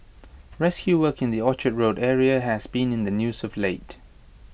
rescue work in the Orchard road area has been in the news of late